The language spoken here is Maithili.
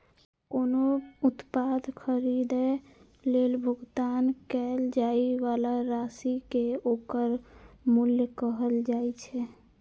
कोनो उत्पाद खरीदै लेल भुगतान कैल जाइ बला राशि कें ओकर मूल्य कहल जाइ छै